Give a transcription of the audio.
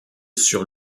sur